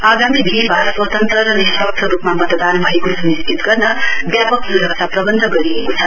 आगामी विहीवार स्वतन्त्र र निष्पक्ष रुपमा मतदान भएको सुनिश्चित गर्न व्यापक सुरक्षा प्रवन्ध गरेको छ